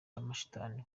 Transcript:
amashitani